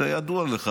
כידוע לך,